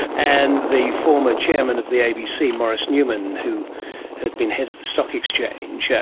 and the former chairman of the abc, maurice newman, who had been head of the stock exchange, yeah